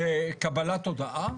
כקבלת הודעה.